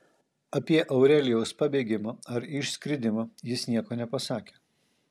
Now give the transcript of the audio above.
apie aurelijaus pabėgimą ar išskridimą jis nieko nepasakė